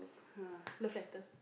[huh] love letter